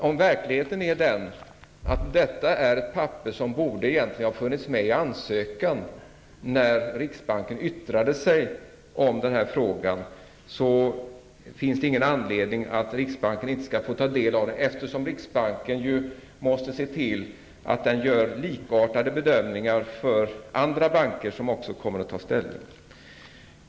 Om verkligheten är den att detta är ett papper som egentligen borde ha funnits med i ansökan när riksbanken yttrade sig i den här frågan, finns det ingen anledning att riksbanken inte skall få ta del av det, eftersom riksbanken ju måste se till att den gör likartade bedömningar vad gäller andra banker.